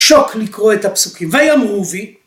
שוק לקרוא את הפסוקים, ויאמרו וי